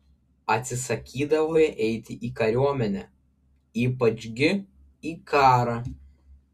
atsisakydavo jie eiti į kariuomenę ypač gi į karą